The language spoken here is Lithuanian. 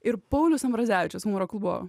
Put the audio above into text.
ir paulius ambrazevičius humoro klubo